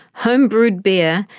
home brewed beer,